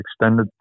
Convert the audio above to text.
extended